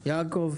יעקב,